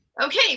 Okay